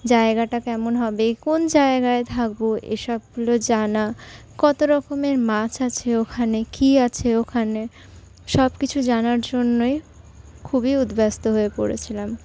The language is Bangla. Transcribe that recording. জায়গাটা কেমন হবে কোন জায়গায় থাকবো এসবগুলো জানা কতরকমের মাছ আছে ওখানে কি আছে ওখানে সবকিছু জানার জন্যই খুবই উদব্যস্ত হয়ে পড়েছিলাম